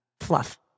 fluff